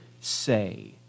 say